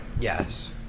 Yes